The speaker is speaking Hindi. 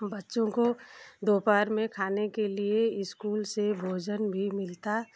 बच्चों को दोपहर में खाने के लिये ईस्कूल से भोजन भी मिलता है